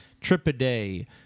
trip-a-day